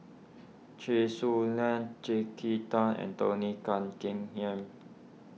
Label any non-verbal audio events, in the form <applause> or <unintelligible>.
Chen Su Lan <unintelligible> Kin Tat and Tony <unintelligible> Keng Yam